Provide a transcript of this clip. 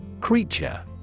Creature